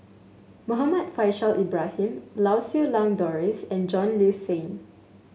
Muhammad Faishal Ibrahim Lau Siew Lang Doris and John Le Cain